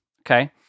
Okay